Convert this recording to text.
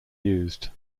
used